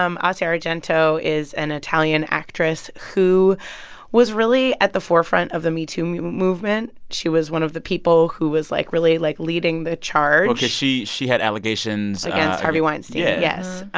um ah so argento is an italian actress who was really at the forefront of the metoo movement. she was one of the people who was like, really like, leading the charge she she had allegations. against harvey weinstein. yeah. yes.